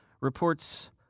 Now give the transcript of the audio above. reports